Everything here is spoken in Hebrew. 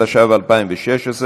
התשע"ו 2016,